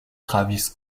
travis